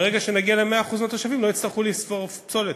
ברגע שנגיע ל-100% התושבים לא יצטרכו לשרוף פסולת.